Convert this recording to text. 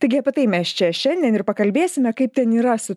taigi apie tai mes čia šiandien ir pakalbėsime kaip ten yra su